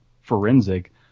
Forensic